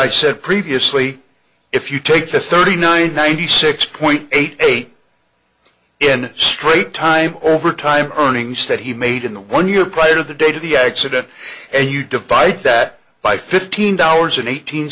i said previously if you take the thirty nine ninety six point eight eight in straight time over time earnings that he made in the one year prior to the date of the accident and you divide that by fifteen dollars an eighteen